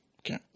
Okay